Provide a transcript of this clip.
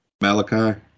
Malachi